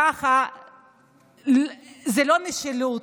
ככה זו לא משילות,